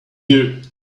here